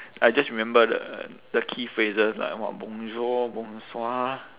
I just remember the the key phrases lah what